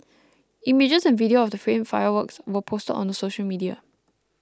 images and video of the frame fireworks were posted on the social media